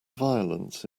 violence